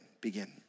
begin